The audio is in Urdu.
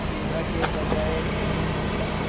دیبھا کے بجائے کینگز ملا